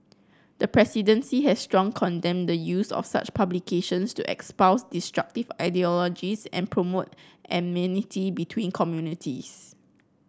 the presidency has strong condemned the use of such publications to espouse destructive ideologies and promote between communities